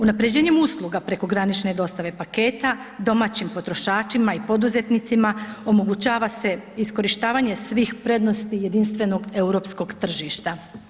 Unapređenjem usluga prekogranične dostave paketa, domaćim potrošačima i poduzetnicima omogućava se iskorištavanje svih prednosti jedinstvenog europskog tržišta.